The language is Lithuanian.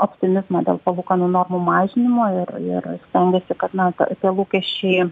optimizmą dėl palūkanų normų mažinimo ir ir stengiasi kad na tie lūkesčiai